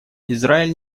израиль